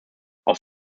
aus